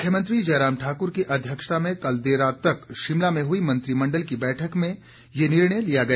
मुख्यमंत्री जयराम ठाक्र की अध्यक्षता में कल देर रात तक शिमला में हई मंत्रिमंडल की बैठक में ये निर्णय लिया गया